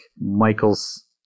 Michael's